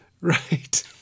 Right